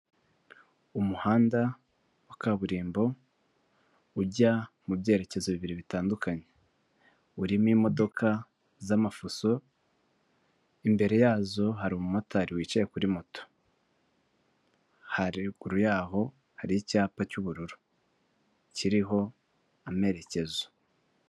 Umuhanda wa kaburimbo ujya mu byerekezo bibiri bitandukanye urimo imodoka z'amafuso, imbere yazo hari umumotari wicaye kuri moto, haruguru yaho hari icyapa cy'ubururu kiriho amerekezo.